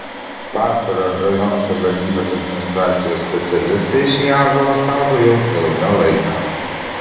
pasvalio rajono savivaldybės administracijos specialistai šį ąžuolą saugo jau ilgą laiką